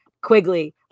Quigley